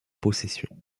possession